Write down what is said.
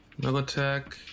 Militech